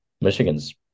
Michigan's